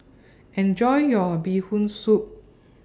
Enjoy your Bee Hoon Soup